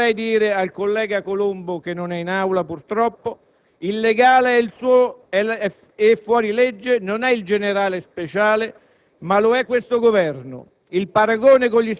Si colpisce un servitore dello Stato che ha avuto il torto di difendere i propri uomini e di pretendere il rispetto delle regole anche da parte della politica.